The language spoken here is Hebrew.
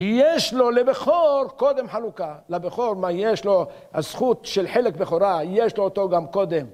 יש לו לכחור קודם חלוקה, לבכור מה יש לו, הזכות של חלק בכורה, יש לו אותו גם קודם.